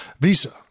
Visa